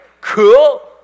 Cool